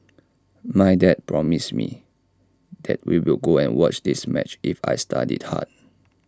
my dad promised me that we will go and watch this match if I studied hard